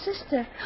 sister